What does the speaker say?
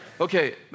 Okay